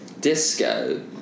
Disco